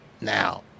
Now